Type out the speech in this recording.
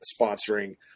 sponsoring